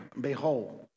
behold